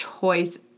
choice